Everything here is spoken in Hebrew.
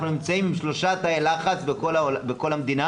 אנחנו נמצאים עם שלושה תאי לחץ בכל המדינה.